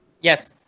Yes